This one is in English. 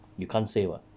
you can't say [what]